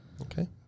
Okay